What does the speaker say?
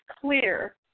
clear